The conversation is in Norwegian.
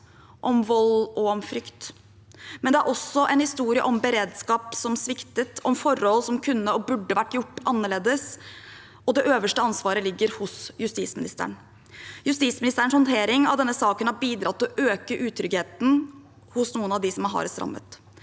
om vold og om frykt. Samtidig er det en historie om beredskap som sviktet, om forhold som kunne vært annerledes, om ting som burde vært gjort annerledes, og det øverste ansvaret ligger hos justisministeren. Justisministerens håndtering av denne saken har bidratt til å øke utryggheten hos noen av dem som er hardest rammet.